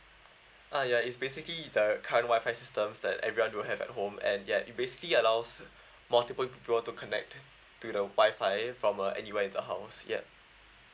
uh ya it's basically the current wifi systems that everyone do have at home and ya it basically allows multiple people to connect to the wifi from uh anywhere in the house ya